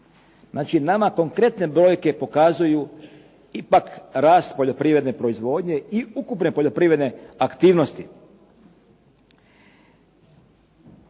Znači nama konkretne brojke pokazuju ipak rast poljoprivredne proizvodnje i ukupne poljoprivredne aktivnosti.